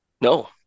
No